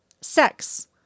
Sex